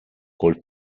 col